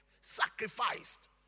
Sacrificed